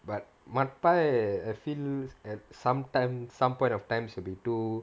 but mudpie I feel at some time some point of time should be too